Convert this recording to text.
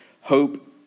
hope